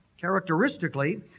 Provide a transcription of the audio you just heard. Characteristically